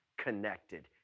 connected